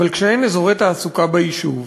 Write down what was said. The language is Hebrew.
אבל כשאין אזורי תעסוקה ביישוב,